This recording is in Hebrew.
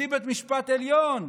נשיא בית המשפט העליון,